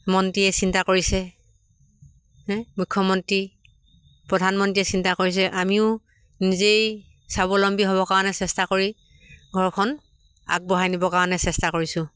মন্ত্ৰীয়ে চিন্তা কৰিছে মুখ্যমন্ত্ৰী প্ৰধানমন্ত্ৰীয়ে চিন্তা কৰিছে আমিও নিজেই স্বাৱলম্বী হ'ব কাৰণে চেষ্টা কৰি ঘৰখন আগবঢ়াই নিবৰ কাৰণে চেষ্টা কৰিছোঁ